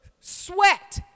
sweat